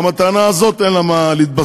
גם הטענה הזאת אין לה על מה להתבסס,